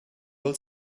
will